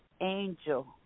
angel